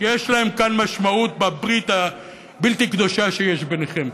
שיש להם כאן משמעות בברית הבלתי-קדושה שיש ביניכם.